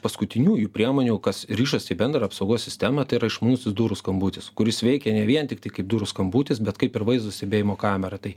paskutiniųjų priemonių kas rišasi į bendrą apsaugos sistemą tai yra išmanusis durų skambutis kuris veikia ne vien tiktai kaip durų skambutis bet kaip ir vaizdo stebėjimo kamera tai